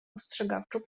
ostrzegawczo